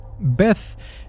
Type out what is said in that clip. Beth